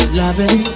loving